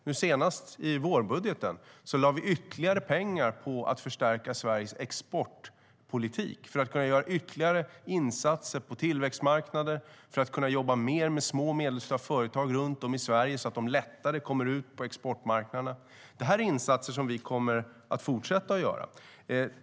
Nu senast i vårbudgeten lade vi ytterligare pengar på att förstärka Sveriges exportpolitik för att kunna göra ytterligare insatser på tillväxtmarknader och för att kunna jobba mer med små och medelstora företag runt om i Sverige så att de lättare kommer ut på exportmarknaderna. Det är insatser som vi kommer att fortsätta att göra.